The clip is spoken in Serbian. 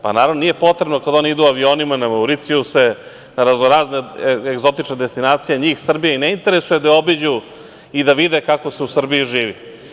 Pa naravno da nije potrebno kada oni idu avionima na Mauricijuse, na razno razne egzotične destinacije, njih Srbija i ne interesuje da je obiđu i da vide kako se u Srbiji živi.